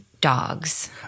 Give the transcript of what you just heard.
dogs